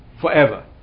forever